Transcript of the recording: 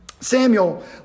Samuel